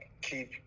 keep